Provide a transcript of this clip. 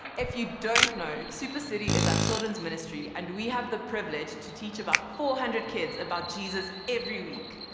if you don't know, supercity is our children's ministry and we have the privilege to teach about four hundred kids about jesus every week.